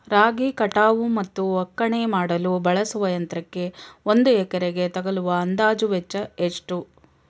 ರಾಗಿ ಕಟಾವು ಮತ್ತು ಒಕ್ಕಣೆ ಮಾಡಲು ಬಳಸುವ ಯಂತ್ರಕ್ಕೆ ಒಂದು ಎಕರೆಗೆ ತಗಲುವ ಅಂದಾಜು ವೆಚ್ಚ ಎಷ್ಟು?